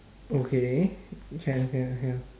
okay can lor can lor can lor